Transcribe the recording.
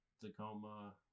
Tacoma